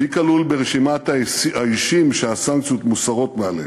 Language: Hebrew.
מי כלול ברשימת האישים שהסנקציות מוסרות מעליהם.